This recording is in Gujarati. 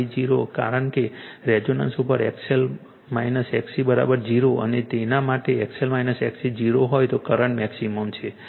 VR I0 કારણ કે રેઝોનન્સ ઉપર XL XC 0 અને જેના માટે XL XC 0 હોય તો કરંટ મેક્સિમમ છે